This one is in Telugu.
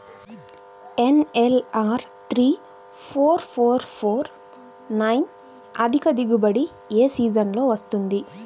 NLR three four four four nine అధిక దిగుబడి ఏ సీజన్లలో వస్తుంది?